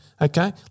Okay